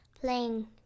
playing